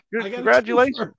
Congratulations